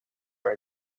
are